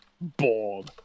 bored